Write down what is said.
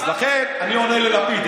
אני עונה ללפיד.